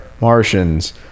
Martians